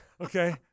Okay